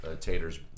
Tater's